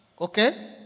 Okay